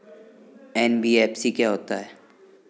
NBFC क्या होता है?